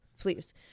Please